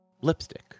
lipstick